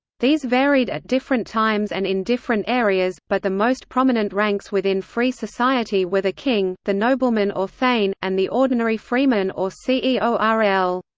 these varied at different times and in different areas, but the most prominent ranks within free society were the king, the nobleman or thegn, and the ordinary freeman or ceorl.